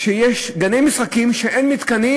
שיש בהם גני משחקים שאין בהם מתקנים.